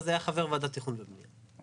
אז היה חבר ועדת תכנון ובנייה.